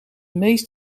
meest